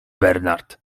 bernard